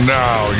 now